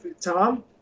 Tom